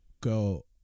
go